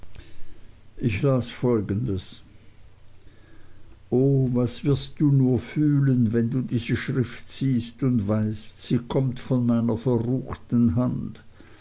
ich las folgendes o was wirst du nur fühlen wenn du diese schrift siehst und weißt sie kommt von meiner verruchten hand